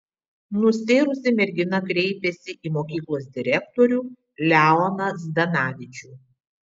nustėrusi mergina kreipėsi į mokyklos direktorių leoną zdanavičių